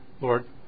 Lord